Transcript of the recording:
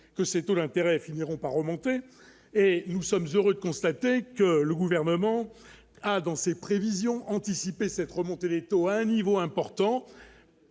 que c'est Olympe RFI n'iront pas remonter et nous sommes heureux de constater que le gouvernement a dans ses prévisions, anticiper cette remontée des taux à un niveau important